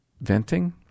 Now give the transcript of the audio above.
venting